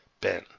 Ben